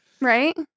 Right